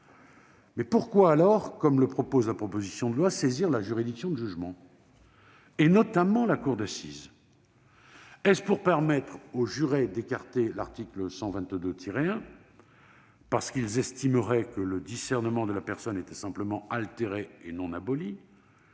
Mais pourquoi, comme prévu dans la proposition de loi, saisir la juridiction de jugement, notamment la cour d'assises ? Est-ce pour permettre aux jurés d'écarter l'article 122-1, car ils estimeraient que le discernement de la personne était simplement altéré, et non aboli ?